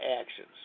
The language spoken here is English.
actions